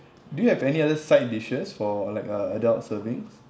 do you have any other side dishes for like a adult servings